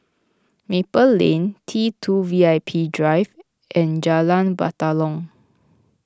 Maple Lane T two V I P Drive and Jalan Batalong